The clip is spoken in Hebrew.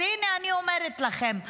אז הינה, אני אומרת לכם.